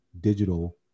digital